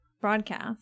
broadcast